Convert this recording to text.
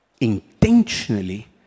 intentionally